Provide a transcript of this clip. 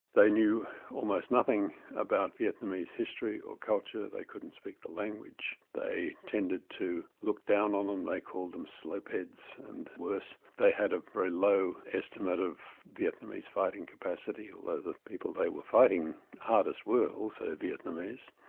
they knew almost nothing about vietnamese history or culture, they couldn't speak the language, they tended to look down on them, they called them slopeheads and worse. they had a very low estimate of vietnamese fighting capacity, although the people they were fighting hardest were also vietnamese,